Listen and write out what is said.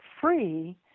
free